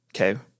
okay